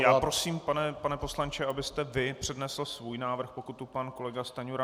Já prosím, pane poslanče, abyste vy přednesl svůj návrh, pokud tu pan kolega Stanjura není.